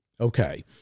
Okay